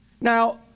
Now